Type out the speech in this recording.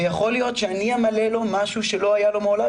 ויכול להיות שאני אמלא לו משהו שלא היה לו מעולם,